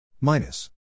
minus